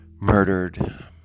murdered